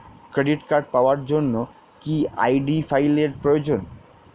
Credit card পাওয়ার জন্য কি আই.ডি ফাইল এর প্রয়োজন?